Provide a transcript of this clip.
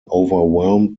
overwhelmed